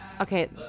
Okay